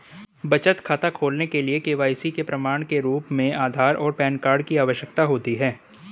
बचत खाता खोलने के लिए के.वाई.सी के प्रमाण के रूप में आधार और पैन कार्ड की आवश्यकता होती है